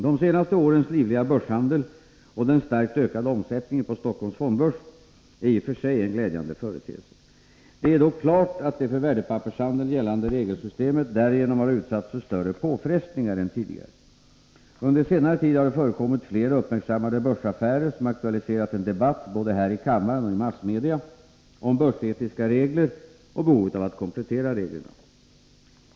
De senaste årens livliga börshandel och den starkt ökade omsättningen på Stockholms fondbörs är i och för sig en glädjande företeelse. Det är dock klart att det för värdepappershandeln gällande regelsystemet därigenom har utsatts för större påfrestningar än tidigare. Under senare tid har det förekommit flera uppmärksammade börsaffärer som aktualiserat en debatt både här i kammaren och i massmedia om börsetiska regler och behovet av att komplettera reglerna.